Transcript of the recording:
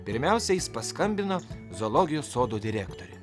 pirmiausia jis paskambino zoologijos sodo direktoriui